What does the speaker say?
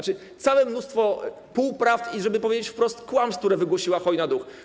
Całe mnóstwo półprawd i żeby powiedzieć wprost: kłamstw, które wygłosiła Chojna-Duch.